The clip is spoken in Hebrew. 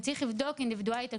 וצריך לקבוע אינדיבידואלית הכול,